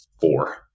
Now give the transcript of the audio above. four